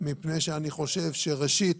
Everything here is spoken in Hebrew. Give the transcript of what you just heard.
מפני שאני חושב שראשית,